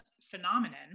phenomenon